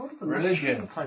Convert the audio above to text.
Religion